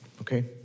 okay